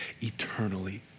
eternally